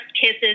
kisses